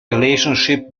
relationship